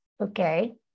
Okay